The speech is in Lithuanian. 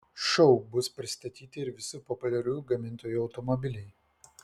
šou bus pristatyti ir visų populiarių gamintojų automobiliai